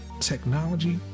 technology